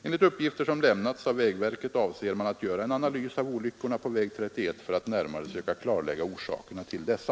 Enligt uppgifter som lämnats av vägverket avser man att göra en analys av olyckorna på väg 31 för att närmare söka klarlägga orsakerna till dessa.